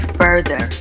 further